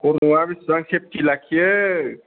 खर'आ बेसेबां सेफ्टि लाखियो